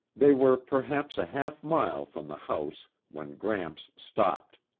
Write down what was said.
they were perhaps a half mile from the house when gramps stopped.